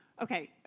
Okay